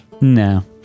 No